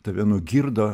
tave nugirdo